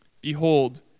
Behold